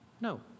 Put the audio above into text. No